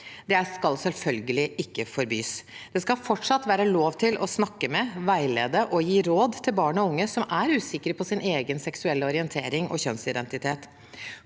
Det skal selvfølgelig ikke forbys. Det skal fortsatt være lov til å snakke med, veilede og gi råd til barn og unge som er usikre på sin egen seksuelle orientering og kjønnsidentitet.